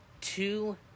two